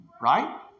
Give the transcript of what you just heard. right